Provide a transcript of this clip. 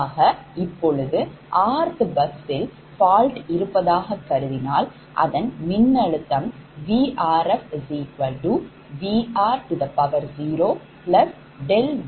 ஆக இப்போது rth busல் fault இருப்பதாக கருதினால் அதன் மின்னழுத்தம் VrfVr0∆Vr